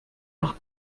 noch